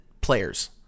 players